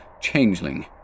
changeling